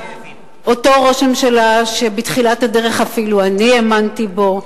אותו ראש ממשלה שבתחילת הדרך אפילו אני האמנתי בו,